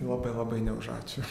labai labai ne už ačiū